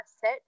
set